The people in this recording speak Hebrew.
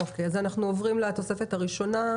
אוקיי, אז אנחנו עוברים לתוספת הראשונה.